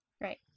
Right